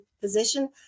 position